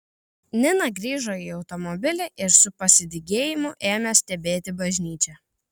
nina grįžo į automobilį ir su pasidygėjimu ėmė stebėti bažnyčią